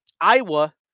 Iowa